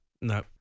No